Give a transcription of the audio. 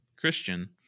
Christian